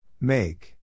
Make